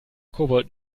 kobold